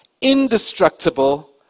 indestructible